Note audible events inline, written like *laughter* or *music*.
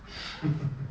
*laughs*